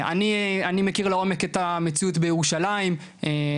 אני מכיר לעומק את המציאות בירושלים,